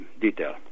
detail